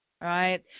right